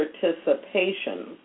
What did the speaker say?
participation